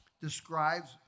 describes